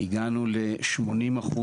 הגענו ל-80%.